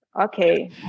okay